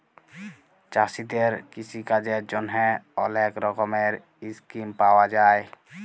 চাষীদের কিষিকাজের জ্যনহে অলেক রকমের ইসকিম পাউয়া যায়